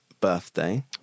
birthday